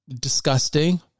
disgusting